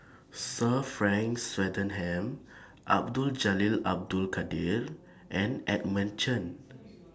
Sir Frank Swettenham Abdul Jalil Abdul Kadir and Edmund Chen